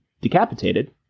decapitated